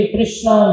Krishna